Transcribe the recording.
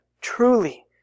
truly